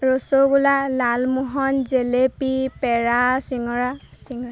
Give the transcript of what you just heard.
ৰসগোল্লা লালমোহন জিলাপি পেৰা চিঙৰা